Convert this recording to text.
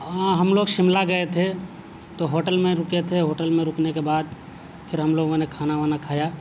ہاں ہم لوگ شملا گئے تھے تو ہوٹل میں رکے تھے ہوٹل میں رکنے کے بعد پھر ہم لوگوں نے کھانا وانا کھایا